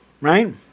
right